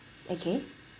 okay